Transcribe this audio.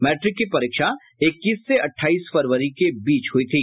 matric की परीक्षा इक्कीस से अठाईस फरवरी के बीच हुयी थी